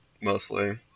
mostly